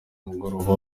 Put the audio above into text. mugoroba